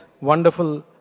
wonderful